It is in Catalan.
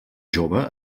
jove